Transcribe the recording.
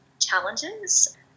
challenges